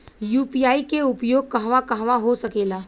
UPI के उपयोग कहवा कहवा हो सकेला?